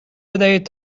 بدهید